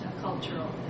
Cultural